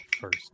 first